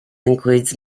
includes